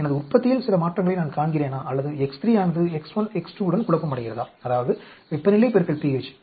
எனது உற்பத்தியில் சில மாற்றங்களை நான் காண்கிறேனா அல்லது X3 ஆனது X1 X2 உடன் குழப்பமடைகிறதா அதாவது வெப்பநிலை pH